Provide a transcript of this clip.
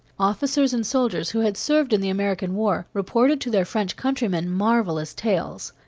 officers and soldiers, who had served in the american war, reported to their french countrymen marvelous tales.